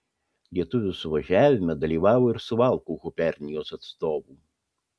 lietuvių suvažiavime dalyvavo ir suvalkų gubernijos atstovų